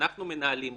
אנחנו מנהלים אותם.